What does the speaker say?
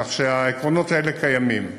כך שהעקרונות האלה קיימים.